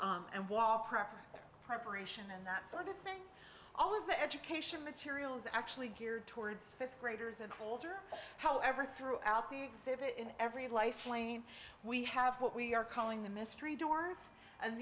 and was proper preparation and that sort of thing all of the education materials actually geared towards fifth graders and older however throughout the exhibit in every life plane we have what we are calling the mystery doors and